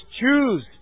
choose